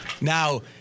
Now